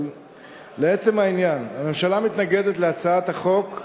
אבל לעצם העניין, הממשלה מתנגדת להצעת החוק,